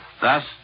Thus